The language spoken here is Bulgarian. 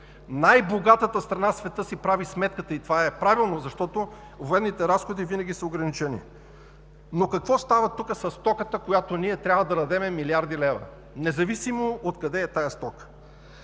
Най-богатата страна в света си прави сметката и това е правилно, защото военните разходи винаги са ограничени. Но какво става тук със стоката, за която ние трябва да дадем милиарди левове, независимо откъде е тази стока?